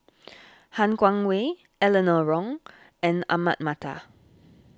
Han Guangwei Eleanor Wong and Ahmad Mattar